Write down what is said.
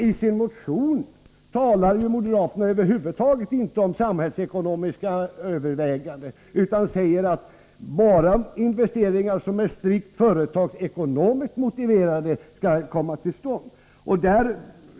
I sin motion talar moderaterna över huvud taget inte om samhällsekonomiska överväganden utan säger att bara investeringar som är strikt företagsekonomiskt motiverade skall komma till stånd.